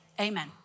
amen